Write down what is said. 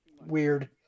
weird